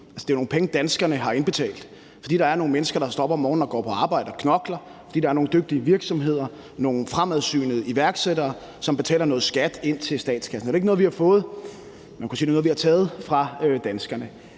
det er nogle penge, danskerne har indbetalt. Vi har fået dem, fordi der er nogle mennesker, der står op og går på arbejde og knokler, fordi der er nogle dygtige virksomheder, nogle fremsynede iværksættere, som betaler noget skat ind til statskassen. Så det ikke noget, vi har fået, men man kan sige, at det er noget, vi har taget fra danskerne.